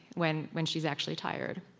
when when she's actually tired?